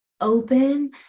open